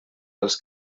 dels